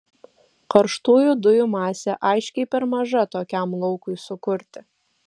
karštųjų dujų masė aiškiai per maža tokiam laukui sukurti